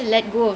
mm